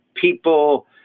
people